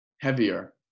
heavier